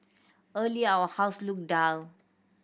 earlier our house looked dull